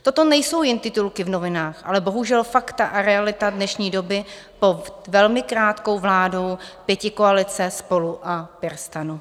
Toto nejsou jen titulky v novinách, ale bohužel fakta a realita dnešní doby po velmi krátkou vládu pětikoalice SPOLU a PirSTANu.